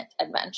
adventure